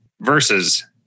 versus